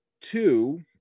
Two